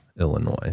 Illinois